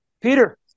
Peter